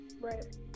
Right